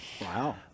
Wow